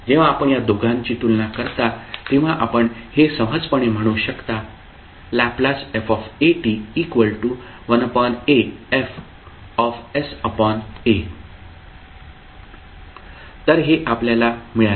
जेव्हा आपण या दोघांची तुलना करता तेव्हा आपण हे सहजपणे म्हणू शकता Lf 1aFsa तर हे आपल्याला मिळाले